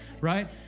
right